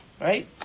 Right